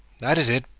that is it,